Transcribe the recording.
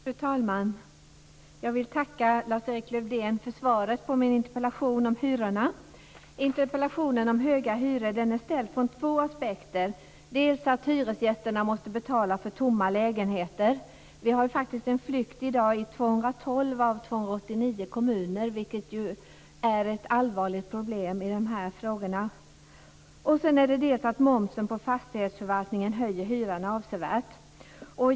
Fru talman! Jag vill tacka Lars-Erik Lövdén för svaret på min interpellation om hyrorna. Interpellationen om höga hyror är ställd från två aspekter. En av dem är att hyresgäster måste betala för tomma lägenheter. Vi har ju faktiskt en flykt i dag i 212 av 289 kommuner, vilket är ett allvarligt problem. Den andra aspekten är att momsen på kostnaden för fastighetsförvaltningen höjer hyran avsevärt.